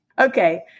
Okay